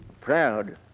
Proud